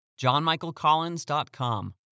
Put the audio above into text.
JohnMichaelCollins.com